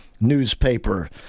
newspaper